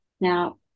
Now